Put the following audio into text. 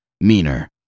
meaner